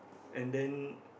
and then